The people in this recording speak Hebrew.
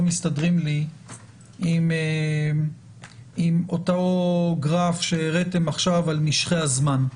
מסתדרים לי עם אותו גרף שהראיתם עכשיו על משך הזמן.